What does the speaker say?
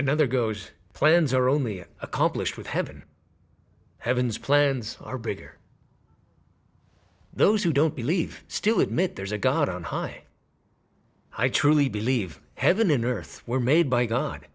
another goes plans are only accomplished with heaven heavens plans are bigger those who don't believe still admit there's a god on high i truly believe heaven and earth were made by god